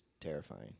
terrifying